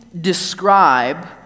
describe